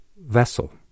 vessel